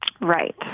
Right